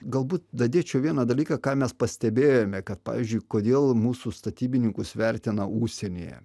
galbūt dadėčiau vieną dalyką ką mes pastebėjome kad pavyzdžiui kodėl mūsų statybininkus vertina užsienyje